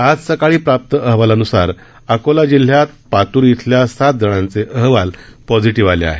आज सकाळी प्राप्त अहवालानूसार अकोला जिल्ह्यातल्या पातूर इथल्या सात जणांचे अहवाल पॉझिटिव्ह आले आहेत